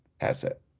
asset